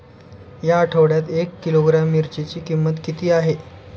या आठवड्यात एक किलोग्रॅम मिरचीची किंमत किती आहे?